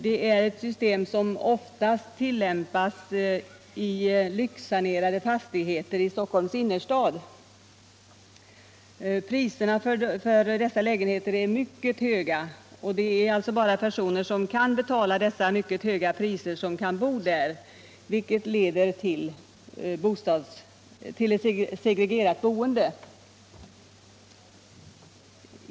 Det är ett system som oftast tillämpas i lyxsanerade fastigheter i Stockholms innerstad. Priserna för dessa lägenheter är mycket höga, och det är bara personer som kan betala dessa mycket höga priser som kan bo där, vilket leder till ett segregerat boende.